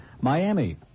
Miami